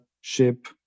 ship